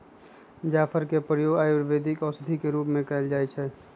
जाफर के प्रयोग आयुर्वेदिक औषधि के रूप में कएल जाइ छइ